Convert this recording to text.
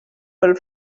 pel